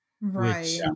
right